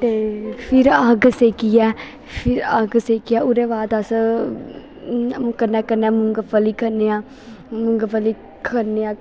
ते फिर अग्ग सेकियै फिर अग्ग सेकियै फिर उ'दे बाद अस कन्नै कन्नै मुंगफली खन्नेआं